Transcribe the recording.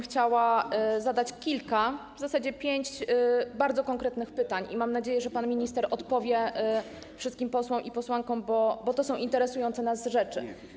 Chciałabym zadać kilka, w zasadzie pięć, bardzo konkretnych pytań i mam nadzieję, że pan minister odpowie wszystkim posłom i posłankom, bo to są interesujące nas rzeczy.